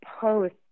post